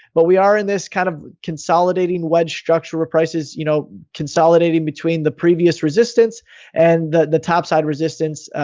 but we are in this kind of consolidating wedge structure with prices, you know, consolidating between the previous resistance and the the topside resistance,